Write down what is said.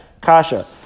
Kasha